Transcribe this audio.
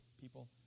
people